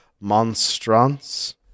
Monstrance